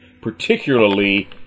particularly